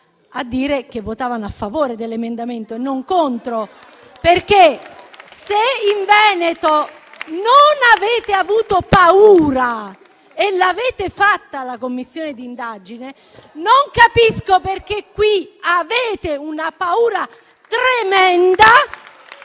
avrebbero votato a favore dell'emendamento, e non contro. Se in Veneto non avete avuto paura e avete fatto la Commissione d'indagine, non capisco perché qui avete una paura tremenda.